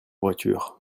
voiture